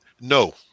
No